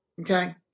Okay